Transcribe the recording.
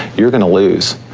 you're going to lose.